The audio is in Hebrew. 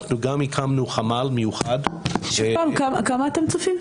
אנחנו הקמנו גם חמ"ל מיוחד --- כמה אתם צופים?